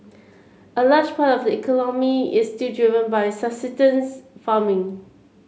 a large part of the economy is still driven by farming